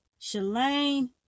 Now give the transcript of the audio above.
Shalane